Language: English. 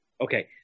Okay